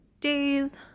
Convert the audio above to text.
days